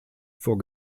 vor